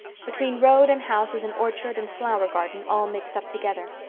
between road and house is an orchard and flower-garden all mixed up together.